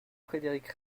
frédéric